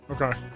Okay